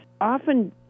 often